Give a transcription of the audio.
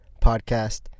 podcast